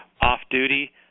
off-duty